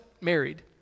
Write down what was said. married